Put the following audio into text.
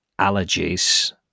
allergies